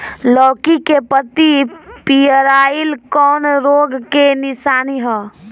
लौकी के पत्ति पियराईल कौन रोग के निशानि ह?